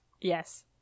Yes